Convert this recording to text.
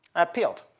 i appealed.